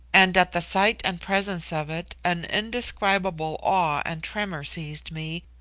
and at the sight and presence of it an indescribable awe and tremor seized me,